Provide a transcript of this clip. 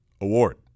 award